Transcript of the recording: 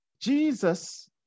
Jesus